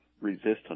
resistance